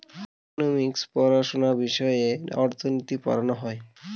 economics পড়াশোনা বিষয়ে অর্থনীতি পড়ানো হয়